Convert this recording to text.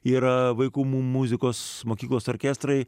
yra vaikų muzikos mokyklos orkestrai